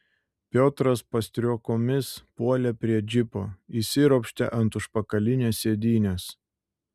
piotras pastriuokomis puolė prie džipo įsiropštė ant užpakalinės sėdynės